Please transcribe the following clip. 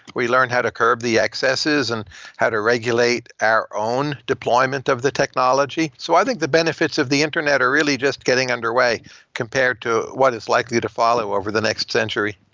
we learn how to curb the excesses and how to regulate our own deployment of the technology. so i think the benefits of the internet are really just getting underway compared to what is likely to follow over the next century.